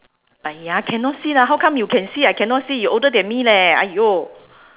!aiya! cannot see lah how come you can see I cannot see you older than me leh !aiyo!